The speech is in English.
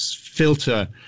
filter